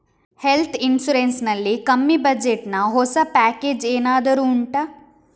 health insurance ನಲ್ಲಿ ಕಮ್ಮಿ budget ನ ಹೊಸ ಪ್ಯಾಕೇಜ್ ಏನಾದರೂ ಉಂಟಾ